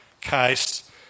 case